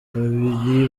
babiri